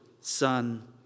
Son